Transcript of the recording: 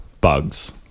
bugs